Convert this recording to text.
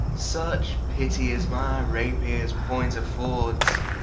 such pitty as my rapiers point affords